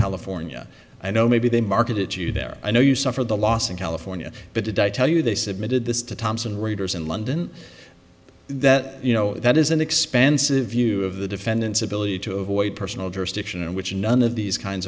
california i know maybe they market it to you there i know you suffer the loss in california but today i tell you they submitted this to thomson reuters in london that you know that is an expansive view of the defendants ability to avoid personal jurisdiction and which none of these kinds